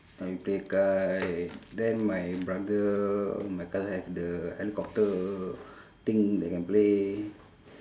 ya we play kite then my brother my cousin have the helicopter thing that can play